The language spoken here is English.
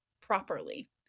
properly